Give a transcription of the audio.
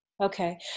Okay